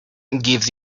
gives